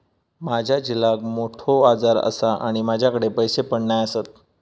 माझ्या झिलाक मोठो आजार आसा आणि माझ्याकडे पैसे पण नाय आसत